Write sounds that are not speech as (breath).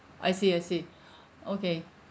I see I see (breath) okay